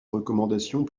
recommandations